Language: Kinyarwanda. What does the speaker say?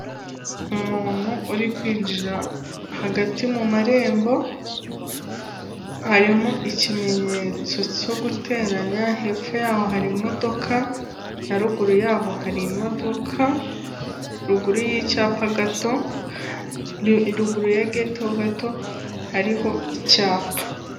Umuntu uri kwinjira hagati mu marembo, harimo ikimenyetso cyo guteranya, hepfo yaho hari imodoka, na ruguru yaho hari imodoka ruguru y'icyapa gato, ruguru ya geti ho gato hariho icyapa.